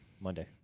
Monday